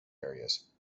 areas